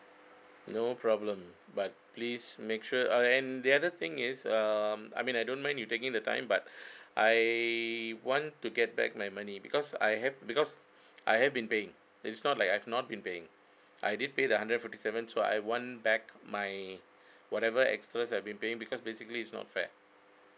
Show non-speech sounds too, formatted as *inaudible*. no problem but please make sure uh and the other thing is um I mean I don't mind you taking the time but *breath* I want to get back my money because I have because I have been paying it is not like I've not been playing I did pay the hundred fifty seven so I want back my whatever extras I've been paying because basically is not fair